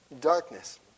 darkness